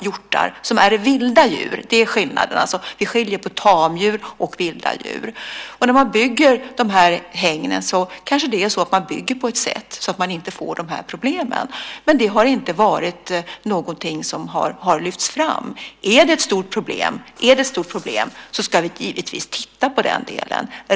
Hjortar är ju vilda djur, och vi skiljer på tamdjur och vilda djur. När man bygger dessa hägn kanske man bygger på ett sådant sätt att man inte får dessa problem. Men det är inte något som har lyfts fram. Är det ett stort problem ska vi givetvis titta på den delen.